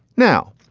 now,